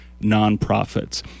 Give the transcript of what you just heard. nonprofits